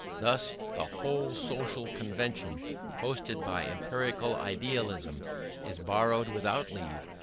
thus the whole social convention posited by empirical idealism is borrowed without leave,